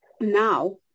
now